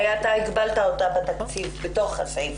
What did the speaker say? הרי אתה הגבלת אותה בתקציב בתוך הסעיף.